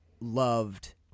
Loved